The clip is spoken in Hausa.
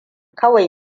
kawai